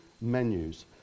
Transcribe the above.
menus